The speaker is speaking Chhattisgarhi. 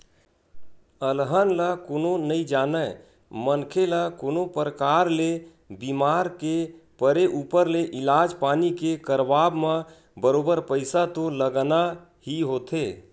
अलहन ल कोनो नइ जानय मनखे ल कोनो परकार ले बीमार के परे ऊपर ले इलाज पानी के करवाब म बरोबर पइसा तो लगना ही होथे